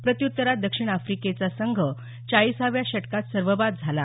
प्रत्युत्तरात दक्षिण आफ्रिकेचा संघ चाळीसाव्या षटकात सर्वबाद झाला